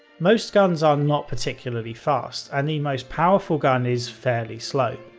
most guns are not particularly fast and the most powerful gun is fairly slow.